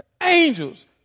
angels